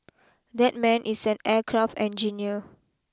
that man is an aircraft engineer